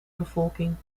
bevolking